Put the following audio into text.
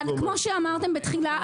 כמו שאמרתם בתחילה,